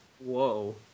Whoa